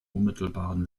unmittelbaren